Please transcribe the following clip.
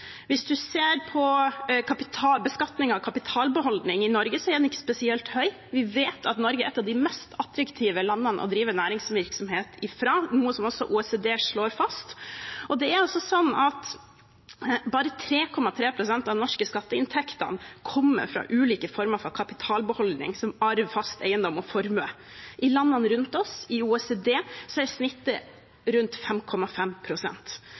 Hvis man ser på beskatningen av kapitalbeholdning i Norge, er den ikke spesielt høy. Vi vet at Norge er et av de mest attraktive landene å drive næringsvirksomhet fra, noe også OECD slår fast, og bare 3,3 pst av de norske skatteinntektene kommer fra ulike former for kapitalbeholdning, som arv, fast eiendom og formue. I landene rundt oss i OECD er